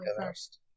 first